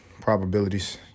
probabilities